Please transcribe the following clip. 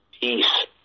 peace